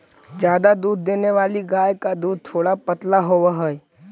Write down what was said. ज्यादा दूध देने वाली गाय का दूध थोड़ा पतला होवअ हई